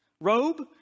robe